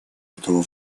этого